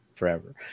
forever